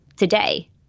today